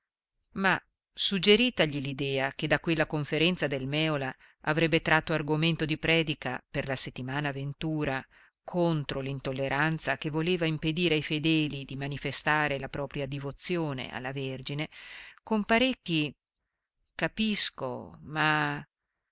ma suggeritagli l'idea che da quella conferenza del mèola avrebbe tratto argomento di predica per la settimana ventura contro l'intolleranza che voleva impedire ai fedeli di manifestare la propria divozione alla vergine con parecchi capisco ma